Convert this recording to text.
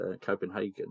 Copenhagen